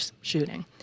shooting